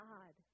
God